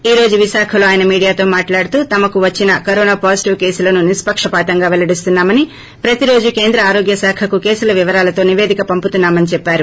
ఈ రోజు విశాఖలో ఆయన మీడియాతో మాట్లాడుతూ తమకు వచ్చిన కరోనా పాజిటివ్ కేసులను నిష్పక్షపాతంగా పెల్లడిస్తున్నా మని ప్రతి రోజు కేంద్ర ఆరోగ్య శాఖకు కేసుల వివరాలతో నిపేదికను పంపుతున్నామని చెప్పారు